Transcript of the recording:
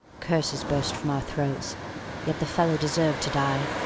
curses burst from our throats yet the fellow deserved to die.